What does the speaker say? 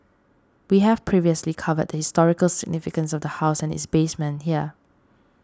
we have previously covered the historical significance of the house and its basement here